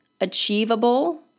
achievable